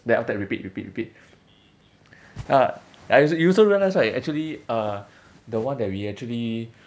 then after that repeat repeat repeat ya ya you also realise right actually uh the one that we actually